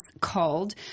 called